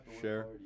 Share